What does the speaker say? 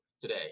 today